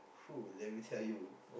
let me tell you